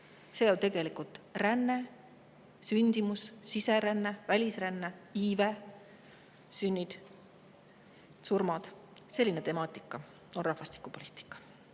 see on tegelikult ränne, sündimus, siseränne, välisränne, iive, sünnid, surmad. Selline temaatika on rahvastikupoliitika.